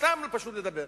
סתם, פשוט לדבר.